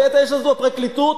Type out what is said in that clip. את הפרקליטות,